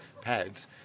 pads